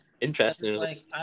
Interesting